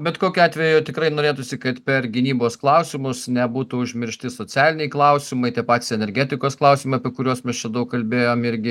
bet kokiu atveju tikrai norėtųsi kad per gynybos klausimus nebūtų užmiršti socialiniai klausimai tie patys energetikos klausimai apie kuriuos mes čia daug kalbėjom irgi